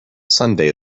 sunday